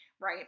Right